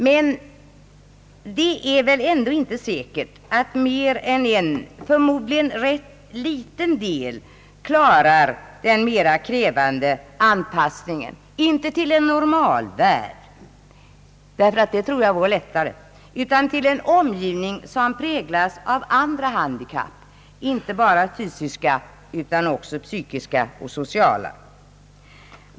Men det är inte säkert att mer än en förmodligen rätt liten del klarar den mera krävande anpassningen, inte till en normalvärld — det tror jag går lättare — utan till en omgivning som präglas av andras handikapp, inte bara fysiska, utan också psykiska och sociala.